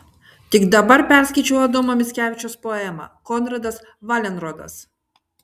tik dabar perskaičiau adomo mickevičiaus poemą konradas valenrodas